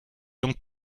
donc